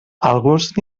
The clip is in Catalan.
alguns